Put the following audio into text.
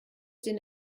den